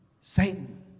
Satan